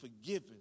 forgiven